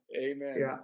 Amen